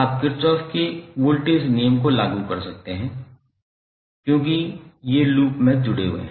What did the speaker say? आप Kirchhoff Kirchhoff's के voltage नियम को लागू कर सकते हैं क्योंकि ये लूप में जुड़े हुए हैं